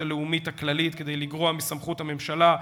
הלאומית הכללית כדי לגרוע מסמכות הממשלה,